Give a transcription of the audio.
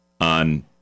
on